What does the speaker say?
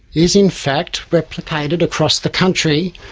is in fact replicated across the country